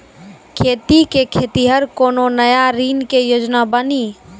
खेती के खातिर कोनो नया ऋण के योजना बानी?